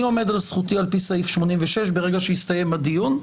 אני עומד על זכותי על פי סעיף 86. ברגע שיסתיים הדיון,